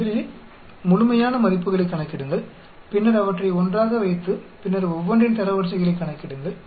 முதலில் முழுமையான மதிப்புகளைக் கணக்கிடுங்கள் பின்னர் அவற்றை ஒன்றாக வைத்து பின்னர் ஒவ்வொன்றின் தரவரிசைகளைக் கணக்கிடுங்கள்